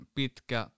pitkä